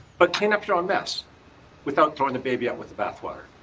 but cleanup your and mess without throwing the baby out with the bathwater.